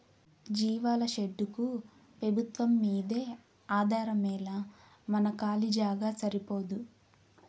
జీవాల షెడ్డుకు పెబుత్వంమ్మీదే ఆధారమేలా మన కాలీ జాగా సరిపోదూ